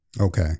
Okay